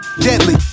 deadly